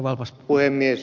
arvoisa puhemies